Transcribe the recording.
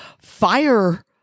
Fire